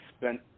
spent